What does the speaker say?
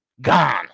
Gone